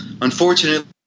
unfortunately